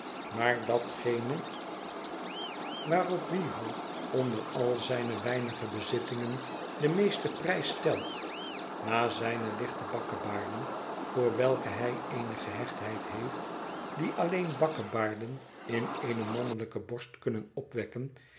maar datgene waarop weevle onder al zijne weinige bezittingen den meesten prijs stelt na zijne lichte bakkebaarden voor welke hij eene gehechtheid heeft die alleen bakkebaarden in eene mannelijke borst kunnen opwekken